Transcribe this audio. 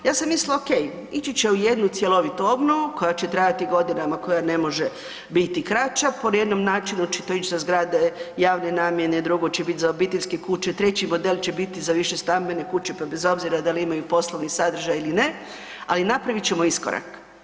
Ja sam mislila ok, ići će u jednu cjelovitu obnovu koja će trajati godinama, koja ne može biti kraća, po jednom načinu će to ići sa zgrade javne namjene, drugo će biti za obiteljske kuće, treći model će biti za višestambene kuće pa bez obzira da li imaju poslovni sadržaj ili ne, ali napravit ćemo iskorak.